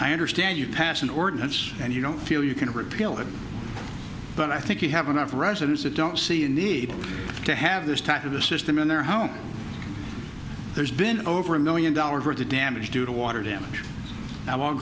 i understand you pass an ordinance and you don't feel you can repeal it but i think you have enough residents that don't see a need to have this type of this system in their home there's been over a million dollars worth of damage due to water damage i won't